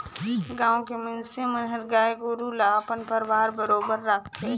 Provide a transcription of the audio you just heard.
गाँव के मइनसे मन हर गाय गोरु ल अपन परवार बरोबर राखथे